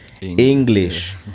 english